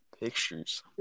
Pictures